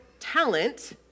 talent